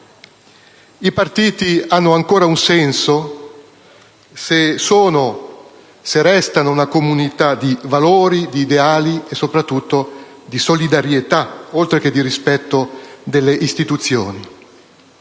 I partiti hanno ancora un senso se restano una comunità di valori, di ideali e soprattutto di solidarietà, oltre che di rispetto delle istituzioni.